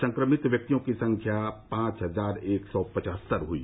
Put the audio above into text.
संक्रमित व्यक्तियों की संख्या पांच हजार एक सौ पचहत्तर हुई